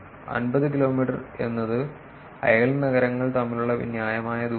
50 kilometre എന്നത് അയൽ നഗരങ്ങൾ തമ്മിലുള്ള ന്യായമായ ദൂരമാണ്